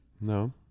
No